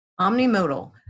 Omnimodal